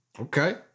Okay